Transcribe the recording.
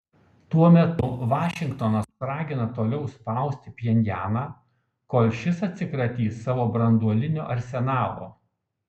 tuo metu vašingtonas ragina toliau spausti pchenjaną kol šis atsikratys savo branduolinio arsenalo